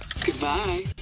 Goodbye